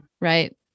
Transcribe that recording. right